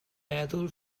meddwl